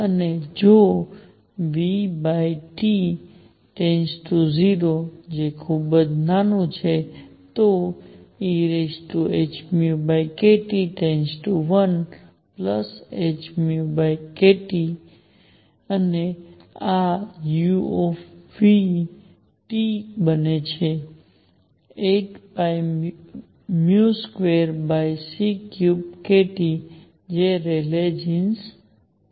અને જો T→ 0 જે ખૂબ જ નાનું છે તો ehνkT→1hνkT અને u બને છે 8π2c3kT જે રેલે જીન્સ છે